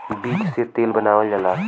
बीज से तेल बनावल जाला